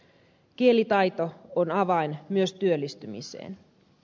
kielitaito on avain myös työllistymiseen